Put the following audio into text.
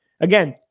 Again